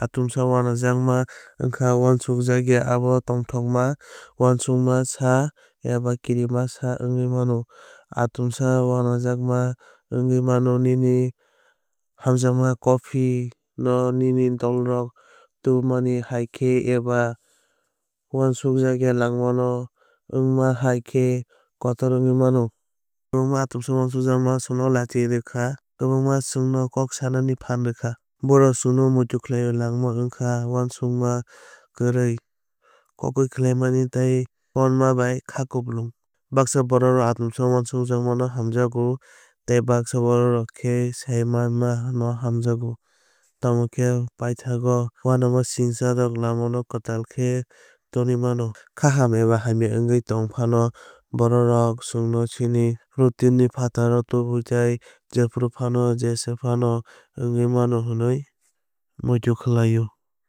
Atumsa wanajakma wngkha uansukjakya abo tongthokma uanamasingcha eba kirimasingcha wngwi mano. Atumsa wanajakma wngwi mano nini hamjakma coffee no nini dolrok tubumani hai khe eba uansukya langmao wngma hai khe kotor wngwi mano. Kwbangma atumsa wanajakma chwngno lachi rwkha kwbangma chwngno kok sanani phan rwkha. Bohrok chwngno muitu khlaio langma wngkha uansukma kwrwi kokoi khlaimani tei konma bai kupulung. Baksa borok atumsa wanajakma no hamjago tei baksa borok khe sai manma no hamjago. Tamokhe paithago uanamasingcharok langmano kwtal khe tongwi mano. Kha hamya ba hamya wngwui tongphano bohrok chwngno chini routine ni phataro tubuo tei jephuru phano jesa phano wngwi mano hwnwi muitu khlaio.